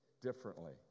differently